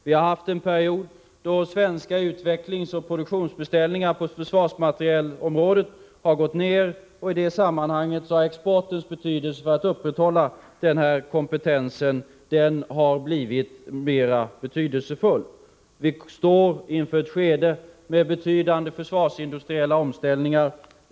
Vi har haft en period då svenska utvecklingsoch produktionsbeställningar på försvarsmaterielområdet har minskat, och i det sammanhanget har exportens betydelse för att upprätthålla denna kompetens blivit mera betydelsefull. Vi står inför ett skede med betydande försvarsindustriella omställningar.